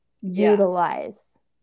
utilize